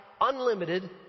unlimited